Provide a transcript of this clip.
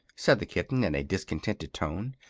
said the kitten, in a discontented tone.